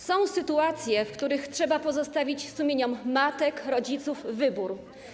Są sytuacje, w których trzeba pozostawić sumieniom matek, rodziców wybór.